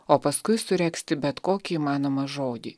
o paskui suregzti bet kokį įmanomą žodį